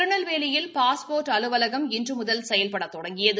திருநெல்வேலியில் பாஸ்போர்ட் அலுவலகம் இன்று முதல் செயல்பட தொடங்கியது